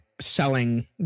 selling